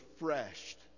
refreshed